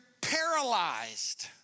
paralyzed